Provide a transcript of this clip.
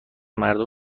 مردم